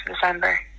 December